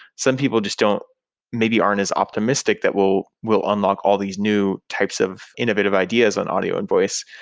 some people just don't maybe aren't as optimistic that will will unlock all these new types of innovative ideas on audio and voice.